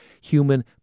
human